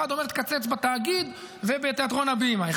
אחד אומר: תקצץ בתאגיד ובתיאטרון הבימה.